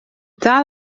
dal